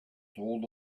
told